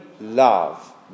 love